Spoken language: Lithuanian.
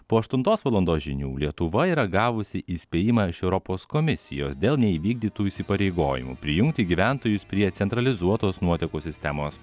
po aštuntos valandos žinių lietuva yra gavusi įspėjimą iš europos komisijos dėl neįvykdytų įsipareigojimų prijungti gyventojus prie centralizuotos nuotekų sistemos